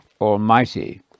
Almighty